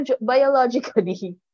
biologically